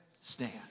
stand